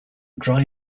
dry